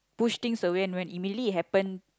push things away when immediately it happen